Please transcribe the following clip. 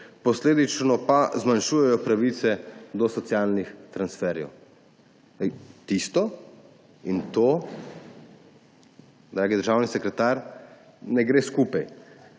posledično pa zmanjšujejo pravice do socialnih transferjev«. Tisto in to, dragi državni sekretar, ne gre skupaj.